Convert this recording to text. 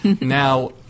Now